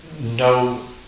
no